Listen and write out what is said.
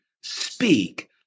speak